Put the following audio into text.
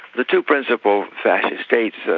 the two principal fascist states,